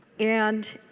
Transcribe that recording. and